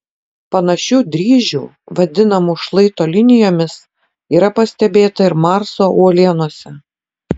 panašių dryžių vadinamų šlaito linijomis yra pastebėta ir marso uolienose